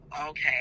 okay